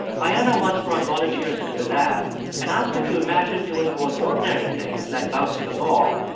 ah ayanna once brought volunteers into the lab and asked them to imagine doing both ordinary things, like bouncing a ball,